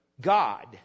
God